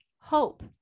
hope